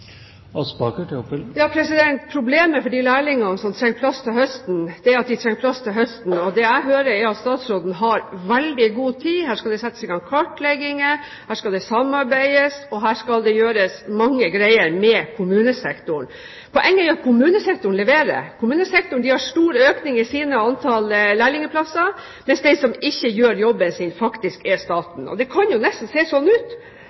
Problemet for de lærlingene som trenger plass til høsten, er at de trenger plass til høsten. Og det jeg hører, er at statsråden har veldig god tid. Her skal det settes i gang kartlegginger, her skal det samarbeides, og her skal det gjøres mange greier med kommunesektoren. Poenget er jo at kommunesektoren leverer. Kommunesektoren har stor økning i antall lærlingplasser. De som ikke gjør jobben sin, er faktisk staten. Det kan nesten se ut